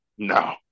No